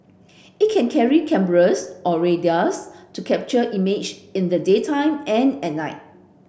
it can carry cameras or radars to capture images in the daytime and at night